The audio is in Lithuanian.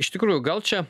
iš tikrųjų gal čia